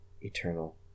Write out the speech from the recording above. eternal